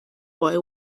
boy